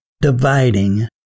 dividing